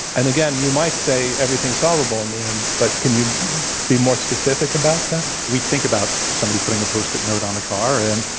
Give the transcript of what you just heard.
and again, you might say everything is solvable in the end, but can you be more specific about that? we think about somebody putting a post-it note on the car, and,